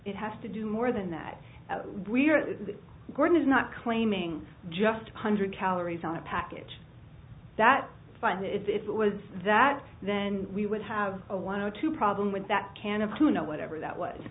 it has to do more than that we're gordon is not claiming just one hundred calories on a package that find it was that then we would have a one or two problem with that can of tuna whatever that was